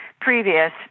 previous